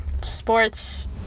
Sports